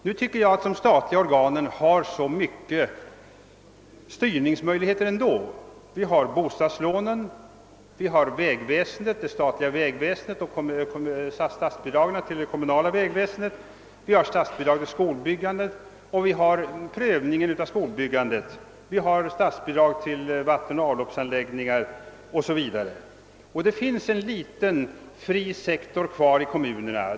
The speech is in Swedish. Nu tycker jag att de statliga organen har tillräckligt många styrningsmöjligheter ändå, bostadslånen, det statliga vägväsendet, statsbidragen till det kommunala vägväsendet, statsbidragen till skolbyggandet och prövningen av skolbyggen, statsbidragen till vattenoch avloppsanläggningar o.s.v. Det finns en liten fri sektor kvar i kommunerna.